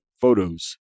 photos